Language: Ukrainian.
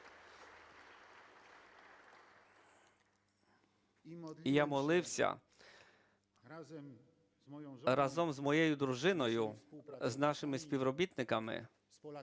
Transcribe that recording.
я молився разом з моєю дружиною, з нашими співробітниками,